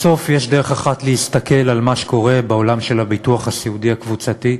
בסוף יש דרך אחת להסתכל על מה שקורה בעולם של הביטוח הסיעודי הקבוצתי: